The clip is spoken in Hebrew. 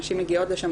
נשים מגיעות לשם,